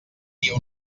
dia